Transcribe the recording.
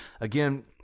again